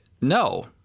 No